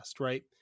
Right